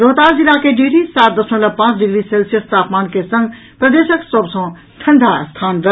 रोहतास जिला के डिहरी सात दशमलव पांच डिग्री सेल्सियस तापमान के संग प्रदेशक सभ सॅ ठंडा स्थान रहल